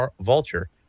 Vulture